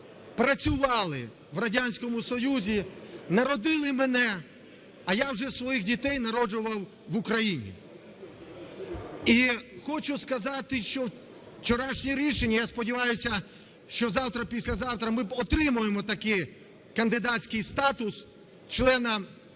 працювали в Радянському Союзі, народили мене, а я вже своїх дітей народжував в Україні. І хочу сказати, що вчорашнє рішення, я сподіваюся, що завтра-післязавтра ми отримаємо таки кандидатський статус члена Євросоюзу,